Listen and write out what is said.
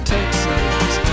Texas